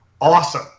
awesome